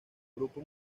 grupo